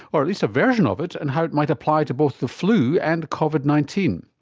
or at least a version of it, and how it might apply to both the flu and covid nineteen.